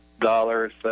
dollars